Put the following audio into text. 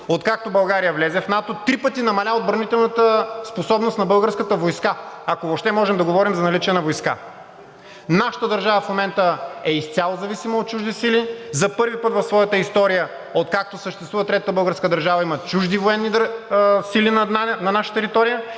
откакто България влезе в НАТО, три пъти намаля отбранителната способност на българската войска, ако въобще можем да говорим за наличие на войска. Нашата държава в момента е изцяло зависима от чужди сили, за първи път в своята история. Откакто съществува Третата българска държава, има чужди военни сили на наша територия,